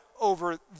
over